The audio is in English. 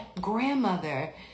grandmother